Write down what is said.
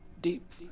Deep